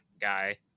guy